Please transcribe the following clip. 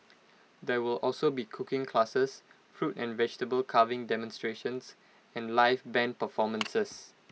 there will also be cooking classes fruit and vegetable carving demonstrations and live Band performances